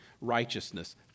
righteousness